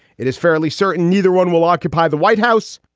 it is fairly certain neither one will occupy the white house,